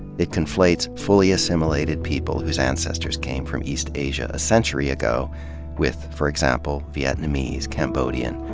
it conflates fully assimilated people whose ancestors came from east asia a century ago with, for example, vietnamese, cambodian,